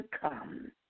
come